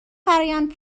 فرایند